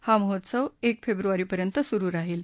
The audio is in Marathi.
हा महोत्सव एक फेब्रुवारीपर्यंत सुरू राहील